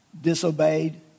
Disobeyed